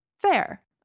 Fair